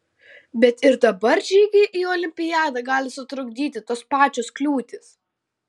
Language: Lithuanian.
bet ir dabar žygiui į olimpiadą gali sutrukdyti tos pačios kliūtys